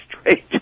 straight